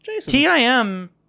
T-I-M